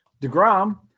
DeGrom